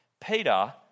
Peter